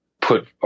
put